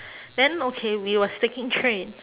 then okay we was taking train